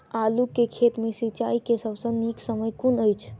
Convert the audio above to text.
आलु केँ खेत मे सिंचाई केँ सबसँ नीक समय कुन अछि?